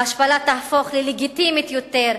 ההשפלה תהפוך ללגיטימית יותר,